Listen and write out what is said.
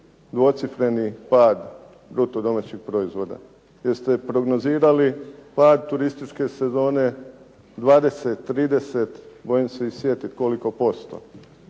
dvocifreni pad bruto domaćeg proizvoda, gdje ste prognozirali pad turističke sezone 20, 30 ne mogu se ni sjetiti koliko posto.